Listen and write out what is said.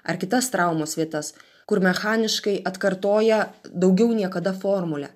ar kitas traumos vietas kur mechaniškai atkartoja daugiau niekada formulę